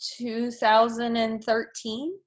2013